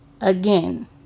Again